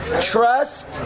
Trust